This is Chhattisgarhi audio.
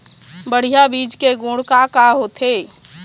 बढ़िया बीज के गुण का का होथे?